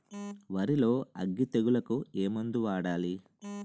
వరిలో అగ్గి తెగులకి ఏ మందు వాడాలి?